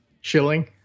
shilling